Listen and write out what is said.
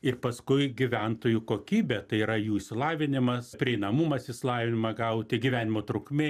ir paskui gyventojų kokybė tai yra jų išsilavinimas prieinamumas išsilavinimą gauti gyvenimo trukmė